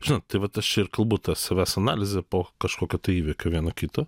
žinot tai vat aš čia ir kalbu tą savęs analizė po kažkokio tai įvykio vieno kito